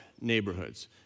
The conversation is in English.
neighborhoods